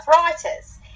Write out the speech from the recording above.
arthritis